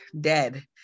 dead